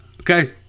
Okay